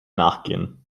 nachgehen